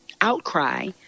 outcry